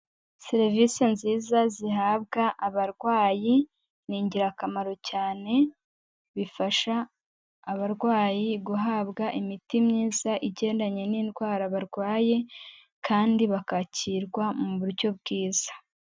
Serivisi nziza zihabwa abarwayi, ni ingirakamaro cyane. Bifasha abarwayi guhabwa imiti myiza igendanye n'indwara barwaye kandi bakakirwa mu buryo bwiza.